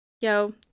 yo